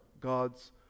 God's